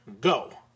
Go